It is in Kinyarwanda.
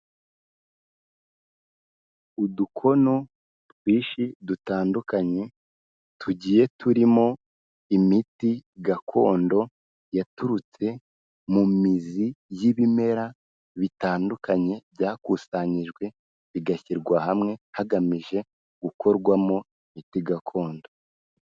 Udukono twinshi dutandukanye tugiye turimo imiti gakondo yaturutse mu mizi y'ibimera bitandukanye, byakusanyijwe bigashyirwa hamwe hagamije gukorwamo imiti gakondo.